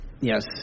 Yes